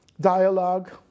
Dialogue